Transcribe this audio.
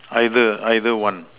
either either one